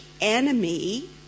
enemy